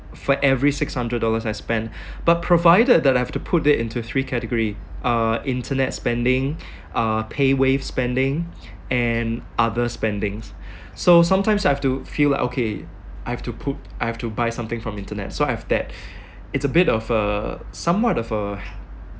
for every six hundred dollars I spend but provided that I have to put it into three category uh internet spending uh paywave spending and other spendings so sometimes I have to feel like okay I have to put I have to buy something from internet so I have that it's a bit of a somewhat of a